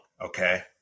Okay